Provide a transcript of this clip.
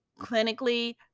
clinically